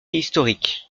historique